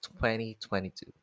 2022